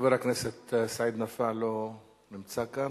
חבר הכנסת סעיד נפאע, לא נמצא כאן.